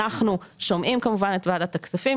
אנחנו שומעים כמובן את ועדת הכספים,